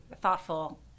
thoughtful